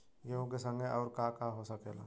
गेहूँ के संगे अउर का का हो सकेला?